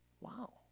Wow